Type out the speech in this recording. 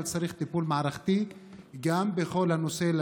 אבל צריך טיפול מערכתי גם בכל הנושא של